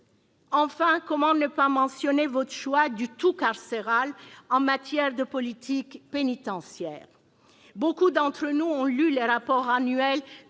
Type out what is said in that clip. Enfin, comment ne pas mentionner votre choix du « tout carcéral » en matière de politique pénitentiaire ? Beaucoup d'entre nous ont lu les rapports annuels